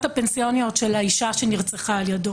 הפנסיוניות של האישה שנרצחה על ידו?